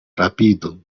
rapidu